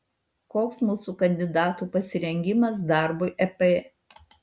koks mūsų kandidatų pasirengimas darbui ep